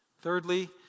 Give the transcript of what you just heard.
Thirdly